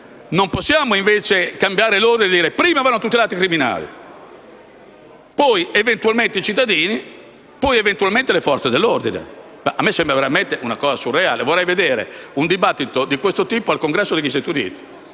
Non possiamo invece cambiare l'ordine per cui prima vanno tutelati i criminali, poi eventualmente i cittadini e poi magari le Forze dell'ordine. A me sembra veramente una cosa surreale. Vorrei vedere un dibattito di questo tipo al Congresso degli Stati